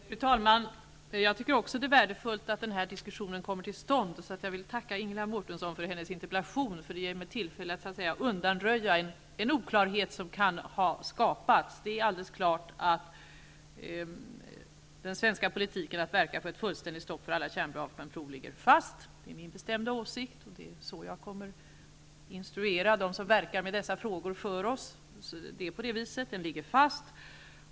Fru talman! Jag tycker också att det är värdefullt att den här diskussionen kommer till stånd. Och jag vill tacka Ingela Mårtensson för hennes interpellation, för den ger mig tillfälle att undanröja en oklarhet som kan ha skapats. Det är alldeles klart att den svenska politiken att verka för ett fullständigt stopp för alla kärnvapenprov ligger fast. Det är min bestämda åsikt, och det är så jag kommer att instruera dem som verkar med dessa frågor för vår räkning.